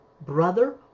brother